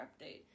update